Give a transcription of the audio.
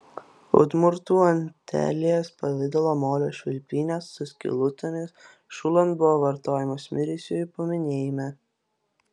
udmurtų antelės pavidalo molio švilpynės su skylutėmis šulan buvo vartojamos mirusiųjų paminėjime